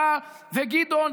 אתה וגדעון,